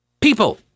people